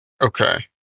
Okay